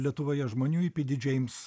lietuvoje žmonių į py dy džeims